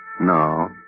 No